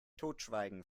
totschweigen